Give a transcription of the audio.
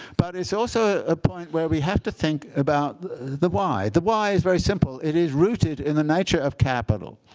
but it's also a point where we have to think about the why. the why is very simple. it is rooted in the nature of capital.